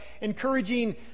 encouraging